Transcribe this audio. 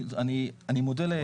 אני מודה לאדוני.